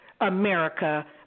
America